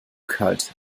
kalt